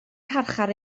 carchar